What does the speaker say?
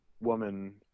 woman